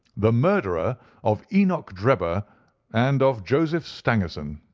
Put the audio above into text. the murderer of enoch drebber and of joseph stangerson.